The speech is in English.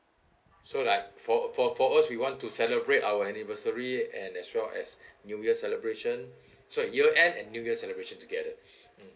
so like for for for us we want to celebrate our anniversary and as well as new year celebration so year end and new year celebration together mm